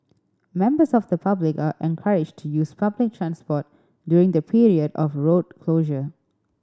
members of the public are encouraged to use public transport during the period of road closure